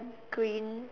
green